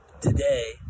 today